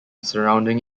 surrounding